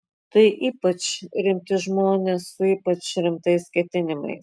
tai ypač rimti žmonės su ypač rimtais ketinimais